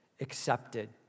accepted